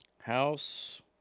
House